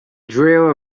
drew